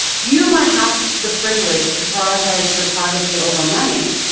you might have the privilege to prioritize your privacy over money,